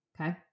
Okay